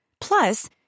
Plus